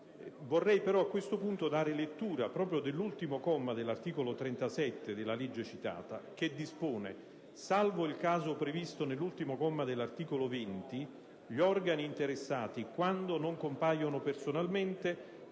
Vorrei però a questo punto dare lettura proprio dell'ultimo comma dell'articolo 37 della legge citata, che dispone: «Salvo il caso previsto nell'ultimo comma dell'articolo 20, gli organi interessati, quando non compaiono personalmente,